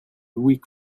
weak